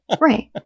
Right